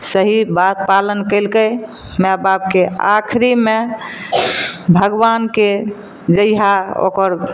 सही बात पालन कयलकै माए बापके आखरीमे भगबानके जैहा ओकर